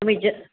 तुम्ही जर